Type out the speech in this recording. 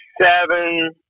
seven